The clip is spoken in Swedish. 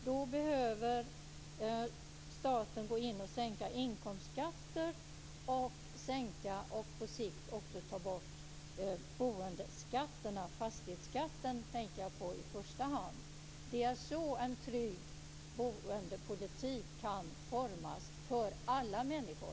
Då behöver staten sänka inkomstskatter, sänka och på sikt ta bort boendeskatterna - det är fastighetsskatten jag tänker på i första hand. Det är så en trygg boendepolitik kan formas för alla människor.